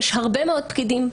יש הרבה מאוד פקידים.